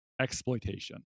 exploitation